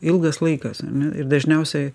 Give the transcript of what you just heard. ilgas laikas ar ne ir dažniausiai